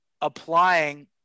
applying